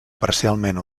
parcialment